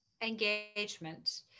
engagement